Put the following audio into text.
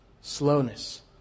slowness